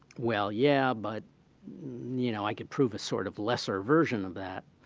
well, yeah, but, you know, i can prove a sort of lesser version of that,